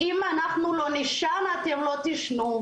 "אם אנחנו לא נישן, אתם לא תישנו".